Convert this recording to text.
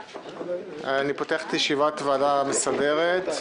אני פותח את ישיבת הוועדה המסדרת.